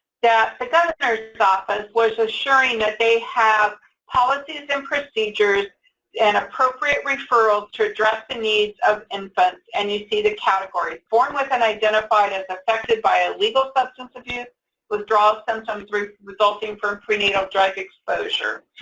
that the governor's office was assuring that they have policies and procedures and appropriate referrals to address the needs of infants, and you see the categories. born with and identified as affected by illegal substance abuse withdrawal symptoms resulting from prenatal drug exposure,